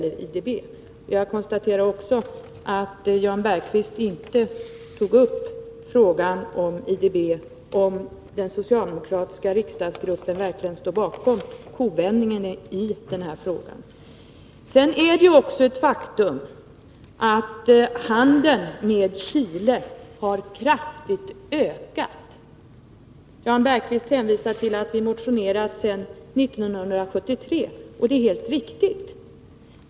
När det gäller IDB noterar jag f. ö. att Jan Bergqvist inte tog upp frågan om huruvida den socialdemokratiska riksdagsgruppen verkligen står bakom den kovändning som har gjorts. Det är ett faktum att handeln med Chile har ökat kraftigt. Jan Bergqvist hänvisade till att vi väckt motioner i den här frågan ända sedan 1973, och det är helt riktigt.